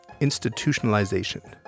institutionalization